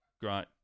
Great